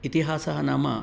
इतिहासः नाम